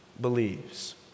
believes